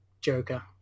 Joker